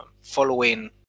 Following